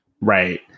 Right